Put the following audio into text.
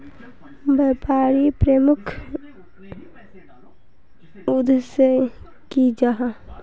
व्यापारी प्रमुख उद्देश्य की जाहा?